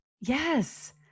Yes